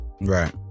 Right